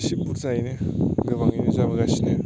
इसि बुरजायैनो गोबाङैनो जाबोगासिनो